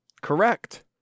Correct